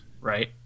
Right